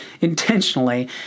intentionally